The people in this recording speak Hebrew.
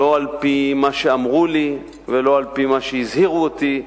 לא על-פי מה שאמרו לי, ולא על-פי מה שהזהירו אותי,